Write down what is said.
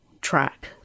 track